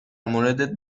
موردت